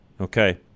Okay